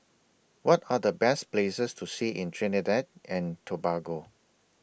What Are The Best Places to See in Trinidad and Tobago